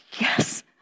Yes